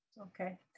Okay